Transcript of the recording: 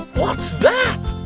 what's that?